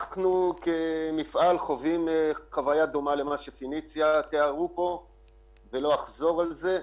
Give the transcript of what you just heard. אנחנו כמפעל חווים חוויה דומה למה ש"פניציה" תיארו פה ולא אחזור על זה.